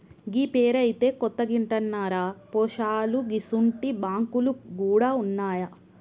గీ పేరైతే కొత్తగింటన్నరా పోశాలూ గిసుంటి బాంకులు గూడ ఉన్నాయా